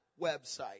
website